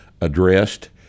addressed